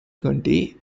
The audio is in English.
county